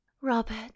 Robert